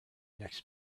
next